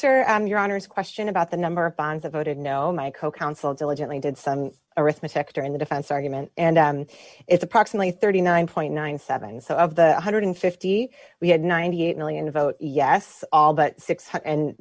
answer your honor's question about the number of bonds of voted no my co counsel diligently did some arithmetic during the defense argument and it's approximately thirty nine point nine seven so of the one hundred and fifty we had ninety eight million vote yes all but six